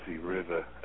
River